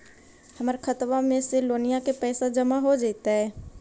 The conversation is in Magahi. हमर खातबा में से लोनिया के पैसा जामा हो जैतय?